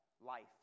life